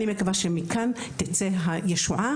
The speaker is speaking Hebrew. אני מקווה שמכאן תצא הישועה,